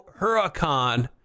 Huracan